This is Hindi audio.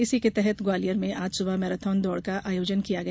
इसी के तहत ग्वालियर में आज सुबह मैराथन दौड़ का आयोजन किया गया